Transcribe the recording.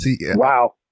Wow